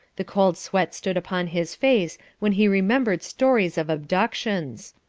the cold sweat stood upon his face when he remembered stories of abductions.